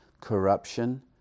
corruption